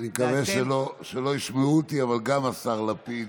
אני מקווה שלא ישמעו אותי אבל גם השר לפיד,